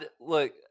Look